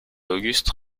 auguste